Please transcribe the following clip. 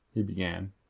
he began.